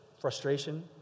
frustration